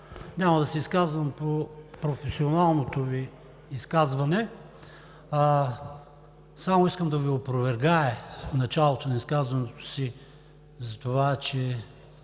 Няма да се изказвам по професионалното Ви изказване. Искам да Ви опровергая в началото на изказването си за това, че